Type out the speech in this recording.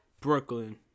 Brooklyn